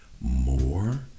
more